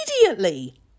immediately